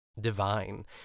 divine